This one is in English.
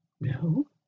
No